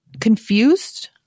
confused